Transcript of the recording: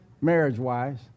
marriage-wise